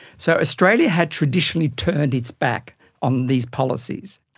so australia had traditionally turned its back on these policies,